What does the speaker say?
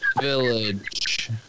village